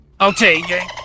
Okay